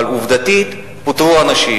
אבל עובדתית פוטרו אנשים,